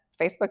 Facebook